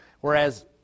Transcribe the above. Whereas